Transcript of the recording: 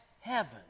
heaven